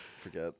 forget